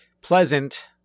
Pleasant